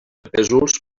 pésols